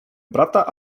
brata